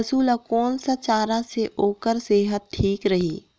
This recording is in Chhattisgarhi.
पशु ला कोन स चारा से ओकर सेहत ठीक रही?